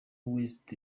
west